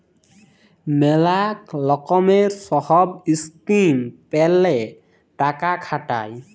ম্যালা লকমের সহব ইসকিম প্যালে টাকা খাটায়